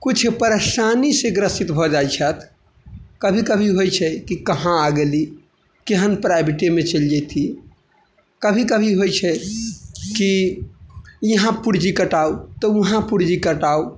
किछु परेशानी सॅं ग्रसित भऽ जाइ छथि कभी कभी होइ छै कि कहाँ आ गेलीह केहन प्राइभेटमे चलि जेती कभी कभी होइ छै कि यहाँ पुर्जी कटाउ तऽ वहाँ पुर्जी कटाउ